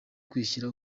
kwishyira